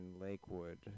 Lakewood